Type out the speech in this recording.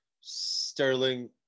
Sterling